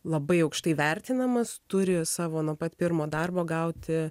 labai aukštai vertinamas turi savo nuo pat pirmo darbo gauti